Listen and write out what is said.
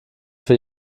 für